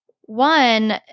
One